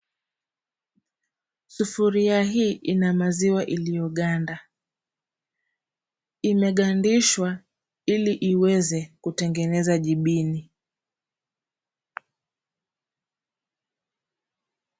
Sufuria hii ina maziwa iliyoganda. Imegandishwa ili iweze kutengeneza jibini.